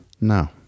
no